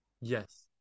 Yes